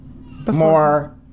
more